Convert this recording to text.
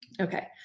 Okay